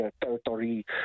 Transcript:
territory